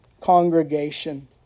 congregation